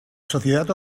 sociedad